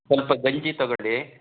ಸ್ವಲ್ಪ ಗಂಜಿ ತಗೊಳ್ಳಿ